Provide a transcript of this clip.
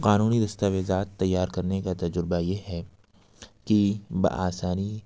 قانونی دستاویزات تیار کرنے کا تجربہ یہ ہے کہ بہ آسانی